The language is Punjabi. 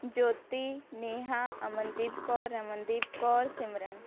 ਜੋਤੀ ਨੇਹਾ ਅਮਨਦੀਪ ਕੌਰ ਰਮਨਦੀਪ ਕੌਰ ਸਿਮਰਨ